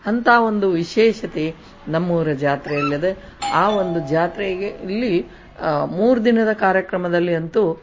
ಅಂಥಾ ಒಂದು ವಿಶೇಷತೆ ನಮ್ಮೂರ ಜಾತ್ರೆಯಲ್ಲಿದೆ ಆ ಒಂದು ಜಾತ್ರೆಗೆ ಇಲ್ಲಿ ಮೂರು ದಿನದ ಕಾರ್ಯಕ್ರಮದಲ್ಲಿ ಅಂತೂ